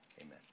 Amen